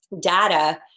data